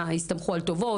מה, יסתמכו על טובות?